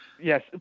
yes